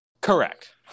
correct